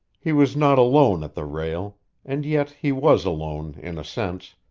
he was not alone at the rail and yet he was alone in a sense,